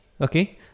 okay